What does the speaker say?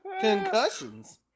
concussions